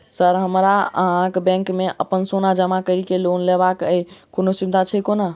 Sir हमरा अहाँक bank मे अप्पन सोना जमा करि केँ लोन लेबाक अई कोनो सुविधा छैय कोनो?